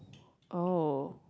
oh